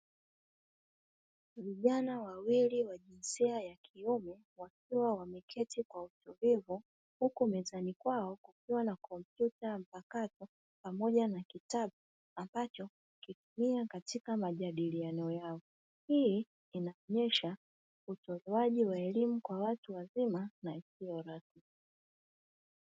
Vijana wawili wa jinsia ya kiume, wakiwa wameketi kwa utulivu, huku mezani kwao kukiwa na kompyuta mpakato pamoja na kitabu ambacho wanakitumia katika majadiliano yao. Hii inaonesha utolewaji wa elimu kwa watu wazima na isiyo rasmi.